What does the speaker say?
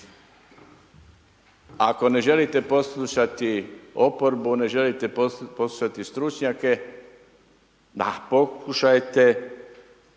Ako ne želite poslušati oporbu, ne želite poslušati stručnjake, pa pokušajte